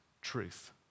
truth